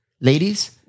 Ladies